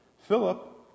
Philip